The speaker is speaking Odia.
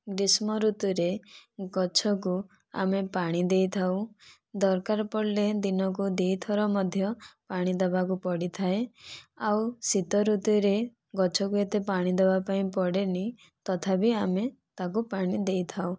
ଗ୍ରୀଷ୍ମ ଋତୁରେ ଗଛକୁ ଆମେ ପାଣି ଦେଇଥାଉ ଦରକାର ପଡ଼ିଲେ ଦିନକୁ ଦୁଇ ଥର ମଧ୍ୟ ପାଣି ଦବାକୁ ପଡ଼ିଥାଏ ଆଉ ଶୀତ ଋତୁରେ ଗଛକୁ ଏତେ ପାଣି ଦବା ପାଇଁ ପଡ଼େନି ତଥାପି ଆମେ ତାକୁ ପାଣି ଦେଇଥାଉ